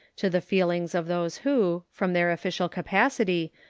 to the feelings of those who, from their official capacity,